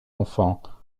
enfants